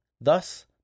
Thus